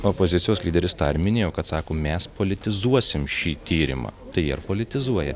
opozicijos lyderis tą ir minėjo kad sako mes politizuosim šį tyrimą tai ar politizuoja